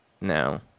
No